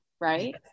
right